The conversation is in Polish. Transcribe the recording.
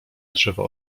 drzewa